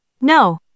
No